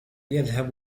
يذهب